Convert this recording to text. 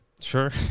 Sure